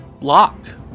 locked